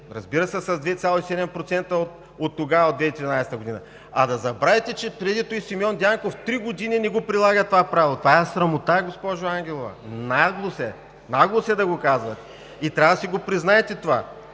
разбира се, с 2,7% оттогава от 2014 г., а да забравите, че преди това Симеон Дянков три години не го прилага това правило. Това е срамота, госпожо Ангелова, наглост е! Наглост е да го казвате. Трябва да си признаете това.